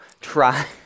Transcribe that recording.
try